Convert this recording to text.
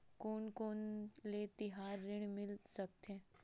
कोन कोन ले तिहार ऋण मिल सकथे?